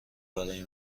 برای